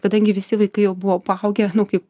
kadangi visi vaikai jau buvo paaugę kaip